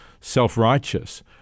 self-righteous